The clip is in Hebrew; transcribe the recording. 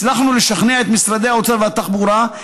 הצלחנו לשכנע את משרדי האוצר והתחבורה,